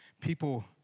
people